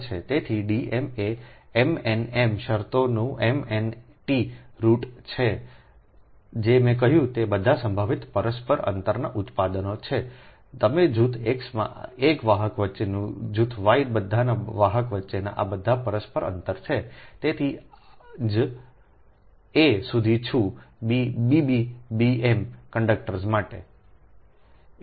તેથી D m એ MNM શરતોનો એમએનટી રુટ છે જે મેં કહ્યું તે બધા સંભવિત પરસ્પર અંતરનાં ઉત્પાદનો છે તમે જૂથ X માં એક વાહક વચ્ચેના જૂથ વાયના બધા વાહક વચ્ચેના આ બધા પરસ્પર અંતર છે તેથી જ અ સુધી છું બી બીબી બીએમ કંડક્ટર્સ માટે